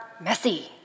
messy